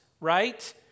right